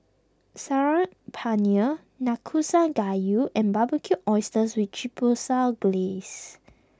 Saag Paneer Nanakusa Gayu and Barbecued Oysters with Chipotle Glaze